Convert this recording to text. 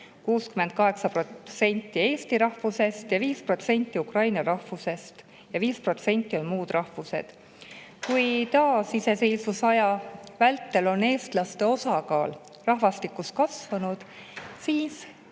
68% eesti rahvusest, 5% ukraina rahvusest ja 5% muust rahvusest. Kui taasiseseisvusaja vältel on eestlaste osakaal rahvastikus kasvanud, siis